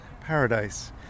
paradise